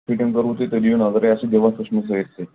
fitting کٔرِو تُہۍ تُہۍ دیٖیِو نَظر یَتھ چھِ دِوَتھ ؤژھمٕژ سٲرسٕے